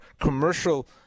commercial